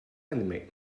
many